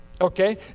Okay